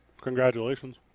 Congratulations